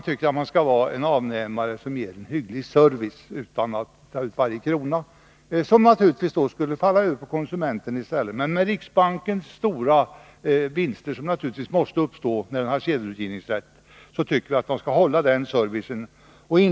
Den institutionen bör ge en hygglig service utan att ta ut varje krona för den, vilket f. ö. skulle falla tillbaka på konsumenterna. Med tanke på de stora vinster som riksbanken gör genom sin sedelutgivningsrätt tycker vi att den skall upprätthålla en sådan service.